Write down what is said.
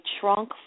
trunk